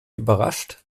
überrascht